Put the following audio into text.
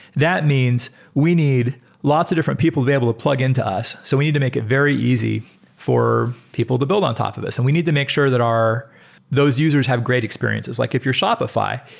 that means we need lots of different people available to plug into us. so we need to make it very easy for people to build on top of us and we need to make sure that those users have great experiences. like if you're shopify,